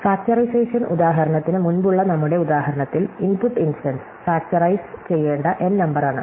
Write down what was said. factorisation ഉദാഹരണത്തിന് മുമ്പുള്ള നമ്മുടെ ഉദാഹരണത്തിൽ ഇൻപുട്ട് ഇൻസ്റ്റൻസ് ഫാക്റ്ററൈസ് ചെയ്യേണ്ട N നമ്പറാണ്